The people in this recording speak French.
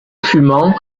fumant